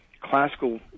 classical